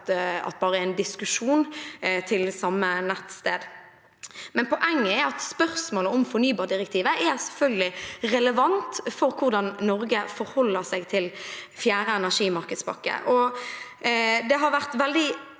bare er en diskusjon. Poenget er at spørsmålet om fornybardirektivet selvfølgelig er relevant for hvordan Norge forholder seg til fjerde energimarkedspakke. Det har vært veldig